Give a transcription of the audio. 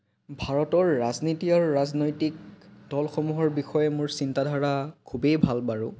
ভাৰতৰ ৰাজনীতি আৰু ৰাজনৈতিক দলসমূহৰ বিষয়ে মোৰ চিন্তাধাৰা খুবেই ভাল বাৰু